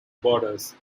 borders